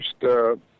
first